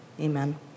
Amen